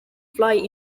fly